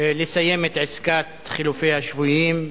לסיים את עסקת חילופי השבויים.